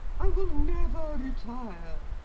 i will never retire!